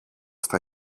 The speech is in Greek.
στα